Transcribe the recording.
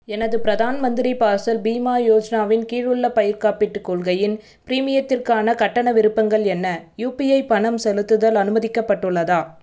எனது பிரதான் மந்திரி ஃபாசல் பீமா யோஜனாவின் கீழ் உள்ள பயிர்க் காப்பீட்டுக் கொள்கையின் பிரீமியத்திற்கான கட்டண விருப்பங்கள் என்ன யுபிஐ பணம் செலுத்துதல் அனுமதிக்கப்பட்டுள்ளதா